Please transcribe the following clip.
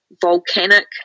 volcanic